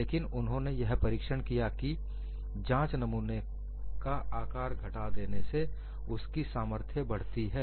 लेकिन उन्होंने यह परीक्षण किया कि जांच नमूने का आकार घटा देने से उसकी सामर्थ्य बढ़ती है